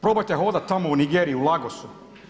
Probajte hodati tamo u Nigeriji u Lagosu.